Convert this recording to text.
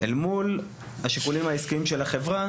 אל מול השיקולים העסקיים של החברה,